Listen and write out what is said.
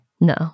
No